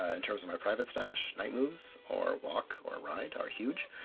ah in terms of my private stash, night moves, or walk, or ride are huge.